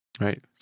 right